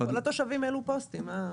כל התושבים העלו פוסטים.